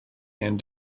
and